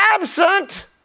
absent